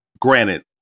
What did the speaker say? granted